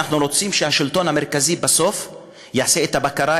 אנחנו רוצים שבסוף השלטון המרכזי יעשה את הבקרה,